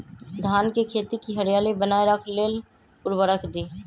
धान के खेती की हरियाली बनाय रख लेल उवर्रक दी?